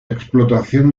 explotación